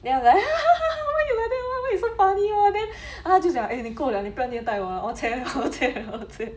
then I like why you like that [one] why you so funny [one] 他就讲 eh 你够了你不要虐待我:ni gou le ni bu yao nue dai wo orh cheh orh cheh orh cheh